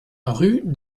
rue